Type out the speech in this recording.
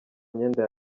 myenda